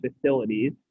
facilities